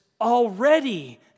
already